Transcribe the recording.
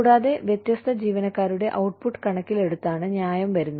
കൂടാതെ വ്യത്യസ്ത ജീവനക്കാരുടെ ഔട്ട്പുട്ട് കണക്കിലെടുത്താണ് ന്യായം വരുന്നത്